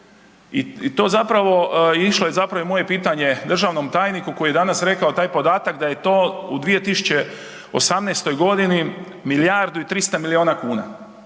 išlo zapravo i moje pitanje državnom tajniku koji je danas rekao taj podatak da je to u 2018. g. milijardu i 300 milijuna kuna.